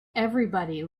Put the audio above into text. everybody